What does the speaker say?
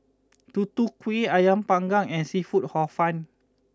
Tutu Kueh Ayam Panggang and Seafood Hor Fun